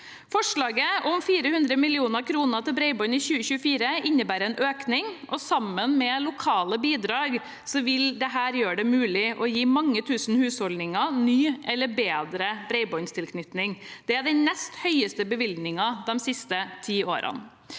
Forslaget om 400 mill. kr til bredbånd i 2024 innebærer en økning, og sammen med lokale bidrag vil dette gjøre det mulig å gi mange tusen husholdninger ny eller bedre bredbåndstilknytning. Det er den nest høyeste bevilgningen de siste ti årene.